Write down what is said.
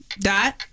Dot